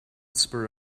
spur